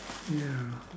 ya